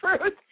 truth